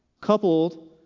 coupled